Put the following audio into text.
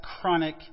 chronic